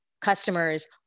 customers